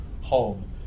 home